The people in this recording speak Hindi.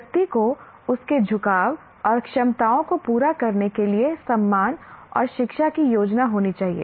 व्यक्ति को उसके झुकाव और क्षमताओं को पूरा करने के लिए सम्मान और शिक्षा की योजना होनी चाहिए